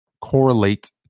correlate